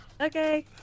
Okay